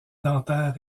dentaire